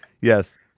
yes